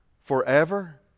forever